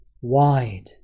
wide